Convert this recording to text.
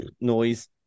noise